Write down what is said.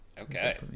okay